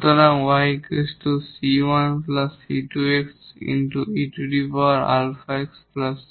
সুতরাং সুতরাং এটি প্রদত্ত হোমোজিনিয়াস